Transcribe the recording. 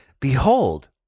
behold